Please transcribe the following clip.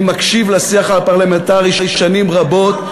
אני מקשיב לשיח הפרלמנטרי שנים רבות,